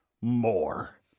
more